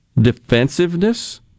defensiveness